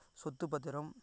சொத்து பத்திரம்